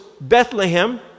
Bethlehem